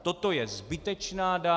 Toto je zbytečná daň.